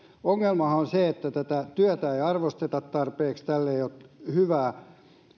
ongelmahan on se että tätä työtä ei arvosteta tarpeeksi tälle ei ole hyvää